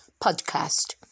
podcast